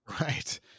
right